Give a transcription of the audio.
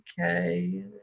okay